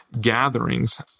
gatherings